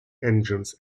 engines